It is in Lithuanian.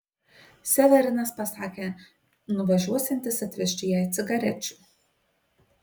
severinas pasakė nuvažiuosiantis atvežti jai cigarečių